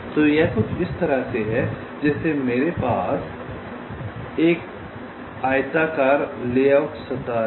तो यह कुछ इस तरह है जैसे मेरे पास मेरी आयताकार लेआउट सतह है